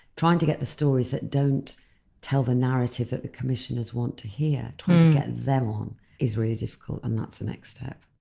trying to get the stories that don't tell the narrative that the commissioners want to hear, trying to get them on is really difficult and that's the next step.